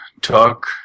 talk